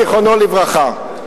זיכרונו לברכה.